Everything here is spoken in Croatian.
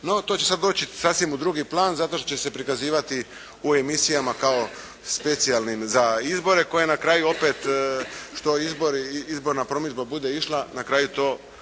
No to će sad doći sasvim u drugi plan zato što će se prikazivati u emisijama kao specijalnim za izbore koje na kraju opet što izborna promidžba bude išla na kraju to